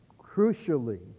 crucially